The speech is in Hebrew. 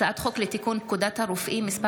הצעת חוק לתיקון פקודת הרופאים (מס'